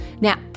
now